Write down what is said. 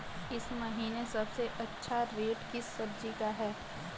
इस महीने सबसे अच्छा रेट किस सब्जी का है?